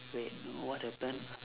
wait what happened